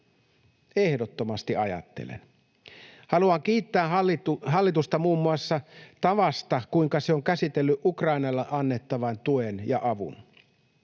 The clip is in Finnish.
Ehdottomasti ajattelen. Haluan kiittää hallitusta muun muassa tavasta, jolla se on käsitellyt Ukrainalle annettavan tuen ja avun.